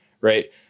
right